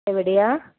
എവിടെയാണ്